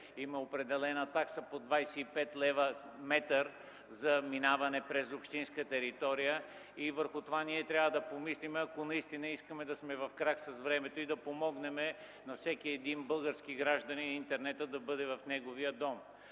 има определена такса по 25 лв. метър за минаване през общинска територия. Върху това трябва да помислим, ако наистина искаме да сме в крак с времето и да помогнем на всеки български гражданин интернетът да бъде в неговия дом.